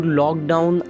lockdown